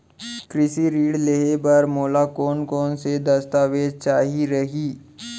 कृषि ऋण लेहे बर मोला कोन कोन स दस्तावेज चाही रही?